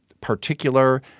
particular